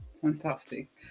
Fantastic